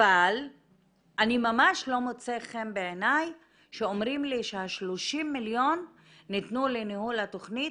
אבל ממש לא מוצא חן בעיני שאומרים לי שה-30 מיליון ניתנו לניהול התכנית.